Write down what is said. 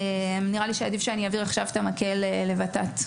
נראה לי שעדיף שאעביר את המקל לות"ת.